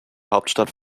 hauptstadt